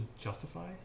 justify